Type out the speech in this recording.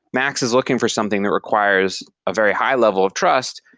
max is looking for something that requires a very high level of trust,